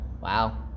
Wow